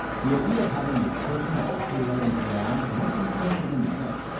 the idea of having a personal essay writing ai might be closer than you think.